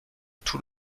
tout